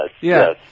yes